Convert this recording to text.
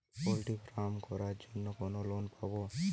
Poultry farm করার জন্য কোন লোন পাব?